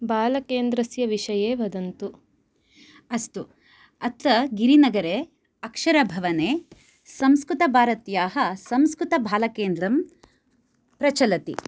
बालकेन्द्रस्य विषये वदन्तु अस्तु अत्र गिरिनगरे अक्षरभवने संस्कृतभारत्याः संस्कृतबालकेन्द्रं प्रचलति